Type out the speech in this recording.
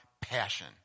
passion